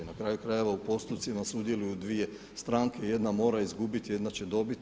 Na kraju krajeva u postupcima sudjeluju dvije stranke jedna mora izgubiti, jedna će dobiti.